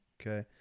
Okay